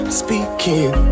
speaking